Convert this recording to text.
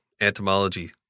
entomology